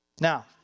Now